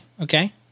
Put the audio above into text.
Okay